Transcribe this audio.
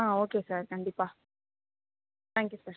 ஆ okay sir கண்டிப்பாக thank you sir